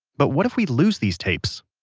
but what if we lose these tapes?